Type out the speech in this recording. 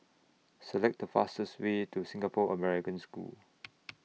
Select The fastest Way to Singapore American School